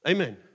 Amen